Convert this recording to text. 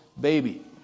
baby